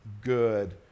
good